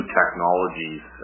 technologies